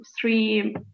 three